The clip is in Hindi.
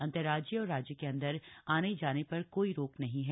अंतरराज्यीय और राज्य के अंदर आने जाने पर कोई रोक नहीं है